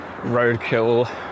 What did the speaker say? roadkill